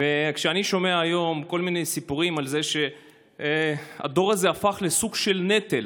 כשאני שומע היום כל מיני סיפורים על זה שהדור הזה הפך לסוג של נטל,